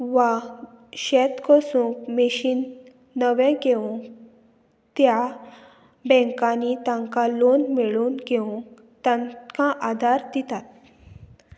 वा शेत कसूंक मेशीन नवें घेवंक त्या बँकांनी तांकां लोन मेळून घेवंक तांकां आदार दितात